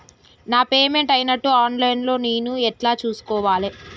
నా పేమెంట్ అయినట్టు online లా నేను ఎట్ల చూస్కోవాలే?